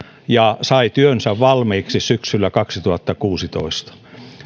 ja sai työnsä valmiiksi syksyllä kaksituhattakuusitoista